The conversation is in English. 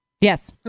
Yes